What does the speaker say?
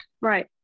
Right